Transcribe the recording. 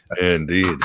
indeed